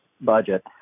budget